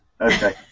Okay